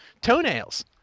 toenails